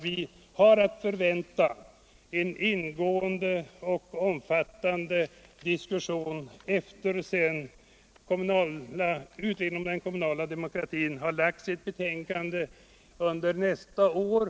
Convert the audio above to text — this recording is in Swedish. Vi har att förvänta en ingående och omfattande diskussion när utredningen om den kommunala demokratin har lagt fram sitt betänkande under nästa år.